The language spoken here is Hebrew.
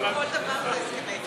בניגוד לנסיעה במכוניות,